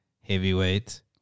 heavyweight